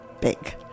big